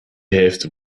hälfte